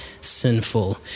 sinful